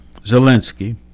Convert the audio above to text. Zelensky